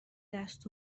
دست